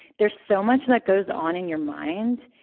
there's so much that goes on in your mind,